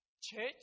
Church